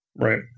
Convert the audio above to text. Right